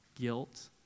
guilt